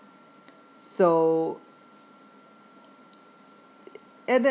so at that